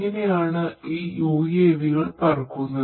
ഇങ്ങനെയാണ് ഈ UAV കൾ പറക്കുന്നത്